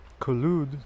collude